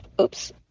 oops